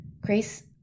Grace